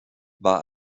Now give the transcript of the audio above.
war